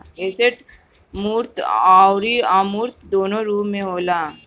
asset मूर्त अउरी अमूर्त दूनो रूप में होला